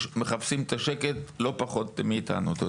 שמחפשים את השקט לא פחות מאיתנו.